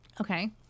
okay